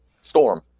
storm